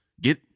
Get